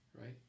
right